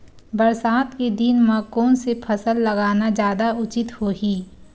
बरसात के दिन म कोन से फसल लगाना जादा उचित होही?